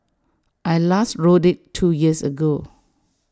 I last rode IT two years ago